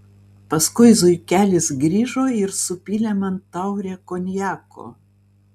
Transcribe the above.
paskui zuikelis grįžo ir supylė man taurę konjako